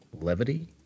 levity